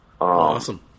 Awesome